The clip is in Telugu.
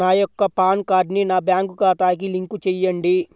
నా యొక్క పాన్ కార్డ్ని నా బ్యాంక్ ఖాతాకి లింక్ చెయ్యండి?